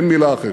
אין מילה אחרת.